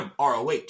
ROH